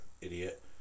idiot